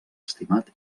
estimat